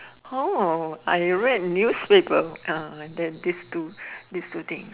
hor I read newspaper ah these two these two things